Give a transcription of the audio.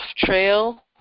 trail